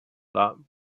war